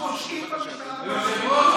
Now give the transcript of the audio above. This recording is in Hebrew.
הפושעים במשטרה ובפרקליטות.